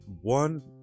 one